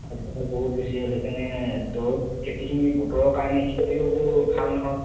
আজিকালি বহুত বেছি হ'ল সেইকাৰণে দৰৱ খেতিখিনি বতৰৰ কাৰণে খেতিও বৰ ভাল নহ'ল